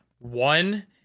One